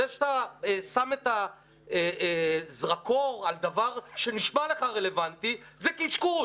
זה שאתה שם את הזרקור על דבר שנשמע לך רלבנטי זה קשקוש.